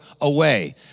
away